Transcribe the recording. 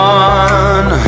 one